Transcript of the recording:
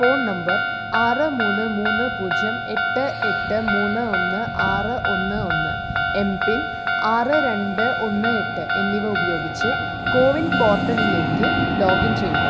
phone number ആറ് മൂന്ന് മൂന്ന് പൂജ്യം എട്ട് എട്ട് മൂന്ന് ഒന്ന് ആറ് ഒന്ന് ഒന്ന് എം പിൻ ആറ് രണ്ട് ഒന്ന് എട്ട് എന്നിവ ഉപയോഗിച്ച് കോവിൻ പോർട്ടലിലേക്ക് ലോഗിൻ ചെയ്യുക